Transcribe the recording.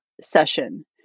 session